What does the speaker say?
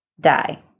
die